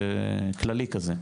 זה כללי כזה.